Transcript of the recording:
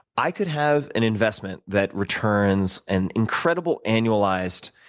i could have an investment that returns an incredible annualized